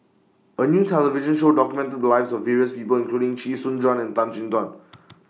A New television Show documented The Lives of various People including Chee Soon Juan and Tan Chin Tuan